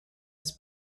its